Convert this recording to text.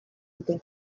dute